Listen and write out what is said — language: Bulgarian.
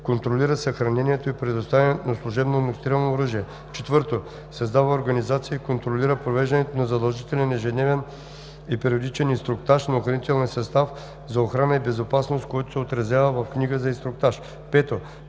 контролира съхранението и предоставянето на служебно огнестрелно оръжие; 4. създава организация и контролира провеждането на задължителен ежедневен и периодичен инструктаж на охранителния състав за охрана и безопасност, който се отразява в книга за инструктаж; 5.